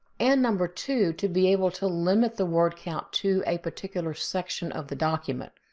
and number two, to be able to limit the word count to a particular section of the document,